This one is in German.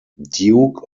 duke